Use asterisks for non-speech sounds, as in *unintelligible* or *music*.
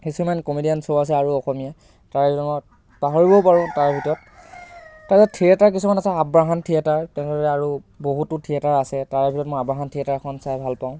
কিছুমান comedian show আছে আৰু অসমীয়া তাৰে *unintelligible* পাহৰিবও পাৰোঁ তাৰে ভিতৰত তাৰ পিছত থিয়েটাৰ কিছুমান আছে আৱাহন থিয়েটাৰ তেনেদৰে আৰু বহুতো থিয়েটাৰ আছে তাৰে ভিতৰত মই আৱাহন থিয়েটাৰখন চাই ভাল পাওঁ